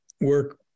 work